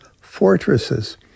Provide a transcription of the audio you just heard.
fortresses